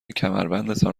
کمربندتان